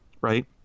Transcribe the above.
right